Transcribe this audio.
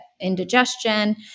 indigestion